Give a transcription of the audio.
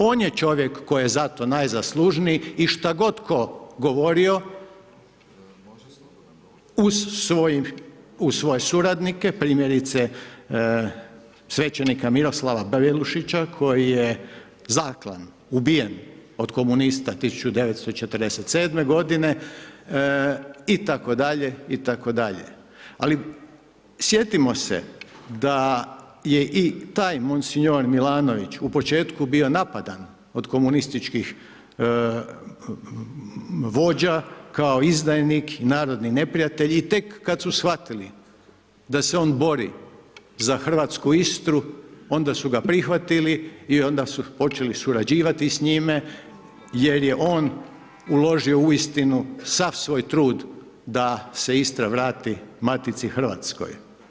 On je čovjek koji je za to najzaslužniji i šta god tko govorio uz svoje suradnike primjerice svećenika Miroslava Brelušića koji je zaklan, ubijen od komunista 1947.g. itd., itd., ali, sjetimo se da je i taj mons. Milanović u početku bio napadan od komunističkih vođa kao izdajnik i narodni neprijatelj i tek kad su shvatili da se on bori za hrvatsku Istru, onda su ga prihvatili i onda su počeli surađivati s njime jer je on uložio uistinu sav svoj trud da se Istra vrati Matici Hrvatskoj.